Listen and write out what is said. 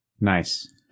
Nice